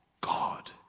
God